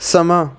ਸਮਾਂ